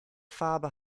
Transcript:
farbe